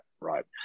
right